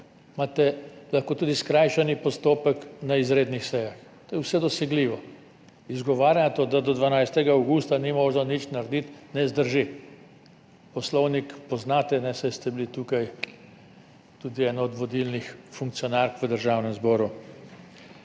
imate lahko tudi skrajšani postopek na izrednih sejah. To je vse dosegljivo. Izgovarjanje na to, da do 12. avgusta ni možno nič narediti, ne vzdrži. Poslovnik poznate, saj ste bili tukaj tudi ena od vodilnih funkcionark v Državnem zboru.